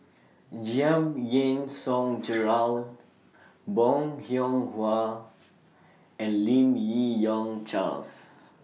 Giam Yean Song Gerald Bong Hiong Hwa and Lim Yi Yong Charles